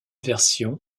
version